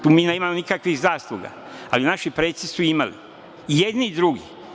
Tu mi nemamo nikakvih zasluga, ali naši preci su imali, i jedni i drugi.